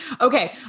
Okay